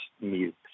mute